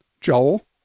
Joel